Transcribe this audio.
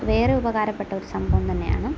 അത് ഏറെ ഉപകാരപ്പെട്ട ഒരു സംഭവം തന്നെയാണ്